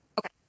okay